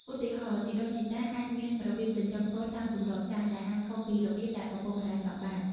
ឧទាហរណ៍ ជីដូនជីតាអាចមានរបៀបចិញ្ចឹមកូនតាមទម្លាប់ចាស់ ដែលអាចខុសពីរបៀបដែលឪពុកម្តាយចង់បាន។